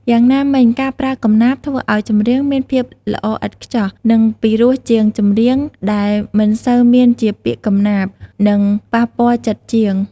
យ៉ាងណាមិញការប្រើកំណាព្យធ្វើឲ្យចម្រៀងមានភាពល្អឥតខ្ចោះនិងពិរោះជាងចម្រៀងដែលមិនសូវមានជាពាក្យកំណាព្យ និងប៉ះពាល់ចិត្តជាង។